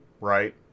right